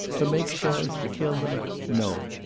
to make shells to kill them no.